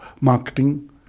marketing